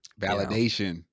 validation